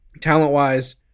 talent-wise